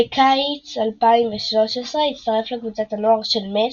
בקיץ 2013 הצטרף לקבוצת הנוער של מ.ס.